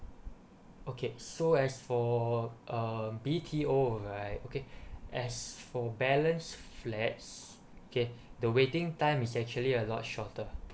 okay so as for um B_T_O right okay as for balance flats okay the waiting time is actually a lot shorter